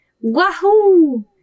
Wahoo